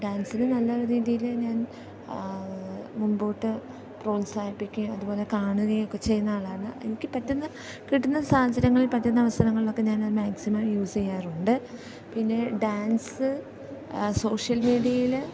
ഡാൻസിന് നല്ല രീതിയിൽ ഞാൻ മുമ്പോട്ട് പ്രോത്സാഹിപ്പിക്കുകയും അതുപോലെ കാണുകയൊക്കെ ചെയ്യുന്ന ആളാണ് എനിക്ക് പറ്റുന്ന കിട്ടുന്ന സാഹചര്യങ്ങളിൽ പറ്റുന്ന അവസരങ്ങളിലൊക്കെ ഞാനത് മാക്സിമം യൂസ് ചെയ്യാറുണ്ട് പിന്നെ ഡാൻസ് സോഷ്യൽ മീഡിയയിൽ